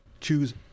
Choose